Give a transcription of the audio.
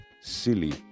silly